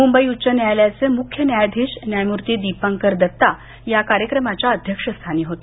मुंबई उच्च न्यायालयाचे मुख्य न्यायाधीश न्यायमूर्ती दिपंकर दत्ता कार्यक्रमाच्या अध्यक्षस्थानी होते